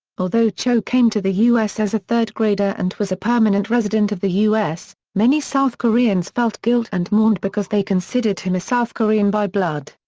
although cho came to the u s. as a third-grader and was a permanent resident of the u s, many south koreans felt guilt and mourned because they considered him a south korean by blood.